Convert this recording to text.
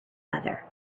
other